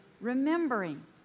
remembering